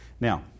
Now